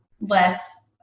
less